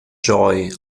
joy